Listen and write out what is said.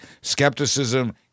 Skepticism